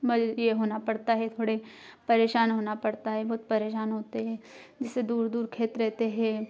मज यह होना पड़ता है थोड़े परेशान होना पड़ता है बहुत परेशान होते है जैसे दूर दूर खेत रहते है